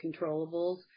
controllables